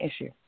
issue